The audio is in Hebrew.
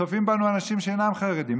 צופים בנו אנשים שאינם חרדים.